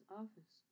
office